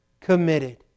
committed